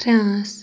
France